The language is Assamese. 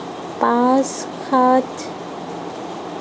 পাঁচ সাত